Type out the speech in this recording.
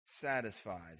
satisfied